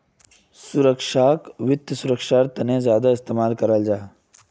सुरक्षाक वित्त सुरक्षार तने सबसे ज्यादा इस्तेमाल कराल जाहा